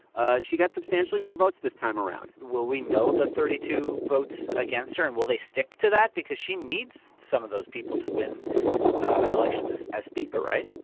ah she got substantially more votes this time around will we know the thirty two votes against her, and will they stick to that? because she needs some of those people to win ah elections as as speaker, right?